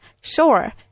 Sure